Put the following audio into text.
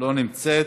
לא נמצאת.